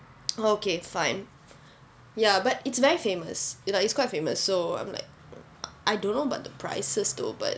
okay fine ya but it's very famous I know it's quite famous so I'm like I don't know about the prices though but